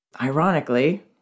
ironically